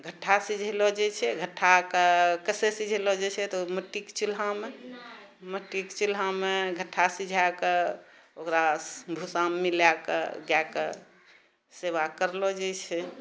घट्ठा सिझैलऽ जाइ छै घट्ठाके कइसे सिझैलऽ जाइ छै तऽ ओ मट्टीके चूल्हामे मट्टीके चूल्हामे घट्ठा सिझाकऽ ओकरा भुस्सामे मिलाकऽ गाएके सेवा करलऽ जाइ छै